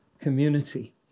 community